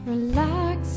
Relax